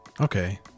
Okay